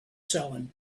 selling